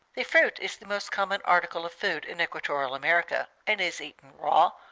the fruit is the most common article of food in equatorial america, and is eaten raw,